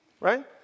right